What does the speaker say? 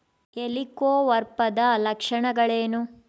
ಹೆಲಿಕೋವರ್ಪದ ಲಕ್ಷಣಗಳೇನು?